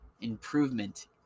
improvement